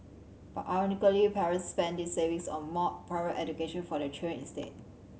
but ironically parents spent these savings on more private education for their children instead